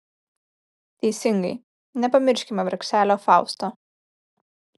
teisingai nepamirškime vargšelio fausto